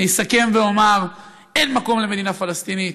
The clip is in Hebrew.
אני אסכם ואומר: אין מקום למדינה פלסטינית.